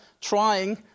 trying